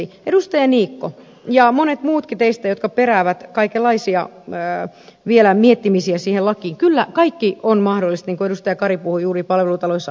edustaja niikko ja monet muutkin teistä jotka peräävät vielä kaikenlaisia miettimisiä siihen lakiin kyllä kaikki on mahdollista niin kuin edustaja kari puhui juuri palvelutaloissa asuvista